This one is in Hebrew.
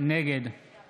נגד